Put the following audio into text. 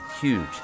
huge